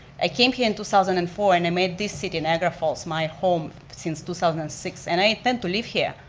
i came here in two thousand and four and i made this city of niagara falls my home since two thousand and six, and i intend to live here.